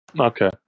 Okay